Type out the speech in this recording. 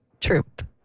troop